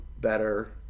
better